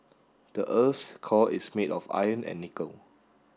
the earth's core is made of iron and nickel